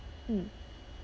mm